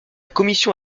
commission